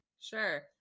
Sure